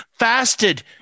fasted